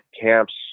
camps